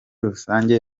rusange